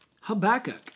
Habakkuk